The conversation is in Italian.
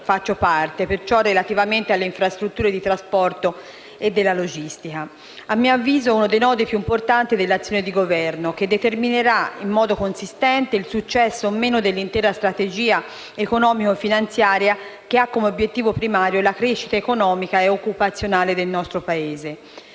faccio parte, relativamente alle infrastrutture di trasporto e della logistica che, a mio avviso, rappresentano uno dei nodi più importanti dell'azione di governo, che determinerà in modo consistente il successo o no dell'intera strategia economico-finanziaria che ha come obiettivo primario la crescita economica e occupazionale del nostro Paese.